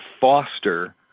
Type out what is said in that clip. foster